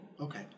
Okay